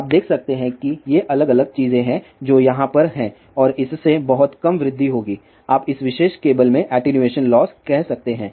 आप देख सकते हैं कि ये अलग अलग चीजें हैं जो यहाँ पर हैं और इससे बहुत कम वृद्धि होगी आप इस विशेष केबल में एटीन्यूएशन लॉस कह सकते हैं